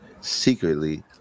secretly